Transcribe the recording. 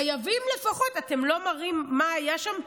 חייבים, לפחות, אתם לא מראים מה היה שם?